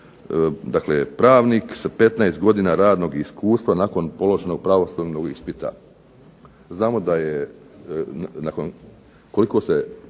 dakle pravnik sa 15 godina radnog iskustva, nakon položenog pravosudnog ispita. Znamo da je, nakon,